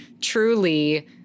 truly